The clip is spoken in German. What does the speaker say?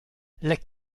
leck